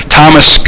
Thomas